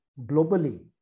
globally